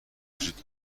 وجود